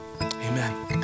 amen